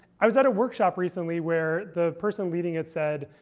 i was at a workshop recently where the person leading it said,